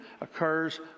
occurs